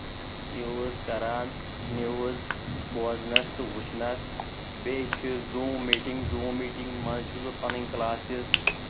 use کَران نِؤز بوزنَس تہٕ وٕچھنَس بیٚیہِ چُھ زوٗم میٖٹنگ زوٗم مییٹنگ منٛز چھُس بہٕ پَنٕنۍ کٔلاسٕس